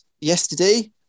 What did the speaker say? yesterday